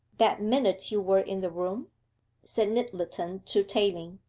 that minute you were in the room said nyttleton to tayling,